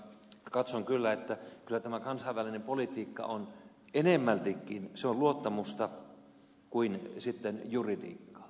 katson kyllä että tämä kansainvälinen politiikka on enemmältikin luottamusta kuin juridiikkaa